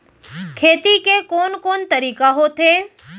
खेती के कोन कोन तरीका होथे?